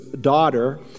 daughter